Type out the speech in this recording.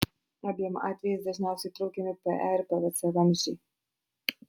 abiem atvejais dažniausiai traukiami pe ir pvc vamzdžiai